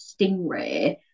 Stingray